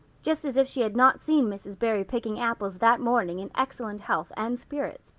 just as if she had not seen mrs. barry picking apples that morning in excellent health and spirits.